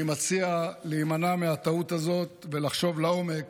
אני מציע להימנע מהטעות הזאת, ולחשוב לעומק